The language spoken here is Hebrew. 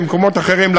במקומות אחרים,